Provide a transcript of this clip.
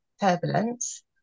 turbulence